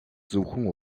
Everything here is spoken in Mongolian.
зөвхөн